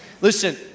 Listen